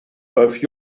both